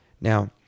Now